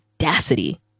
audacity